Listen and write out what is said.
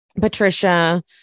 Patricia